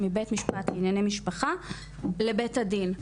משפט לענייני משפחה לבית הדין.